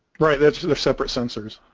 right that's the separate sensors